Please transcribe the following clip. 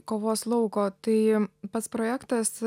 kovos lauko tai pats projektas